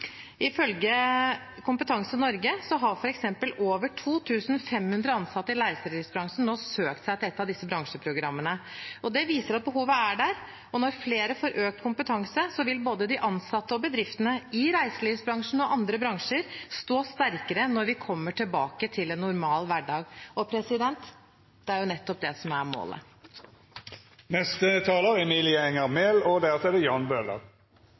Ifølge Kompetanse Norge har f.eks. over 2 500 ansatte i reiselivsbransjen nå søkt seg til et av disse bransjeprogrammene. Det viser at behovet er der, og når flere får økt kompetanse, vil både de ansatte og bedriftene – i reiselivsbransjen og andre bransjer – stå sterkere når vi kommer tilbake til en normal hverdag. Og det er jo nettopp det som er målet. Regjeringen som sitter nå – og